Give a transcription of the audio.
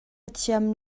thiam